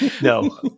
No